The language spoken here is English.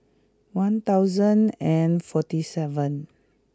one thousand and forty seven